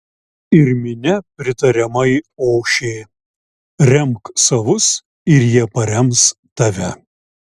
ir minia pritariamai ošė remk savus ir jie parems tave